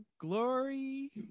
glory